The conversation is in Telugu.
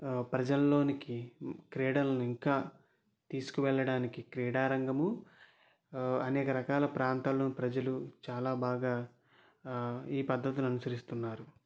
ప్రజలోనికి క్రీడలను ఇంకా తీసుకు వెళ్ళడానికి క్రీడారంగము అనేక రకాల ప్రాంతాలలోని ప్రజలు చాలా బాగా ఈ పద్ధతులను అనుసరిస్తున్నారు